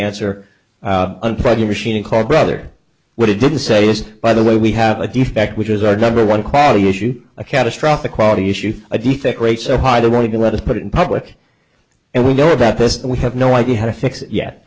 answer unplug the machine and call brother what he didn't say yes by the way we have a defect which is our number one quality issue a catastrophic quality issue a defect rate so high they won't even let us put it in public and we know about this and we have no idea how to fix it yet